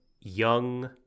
young